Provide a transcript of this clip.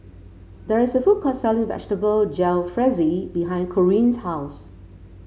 there is a food court selling Vegetable Jalfrezi behind Corrine's house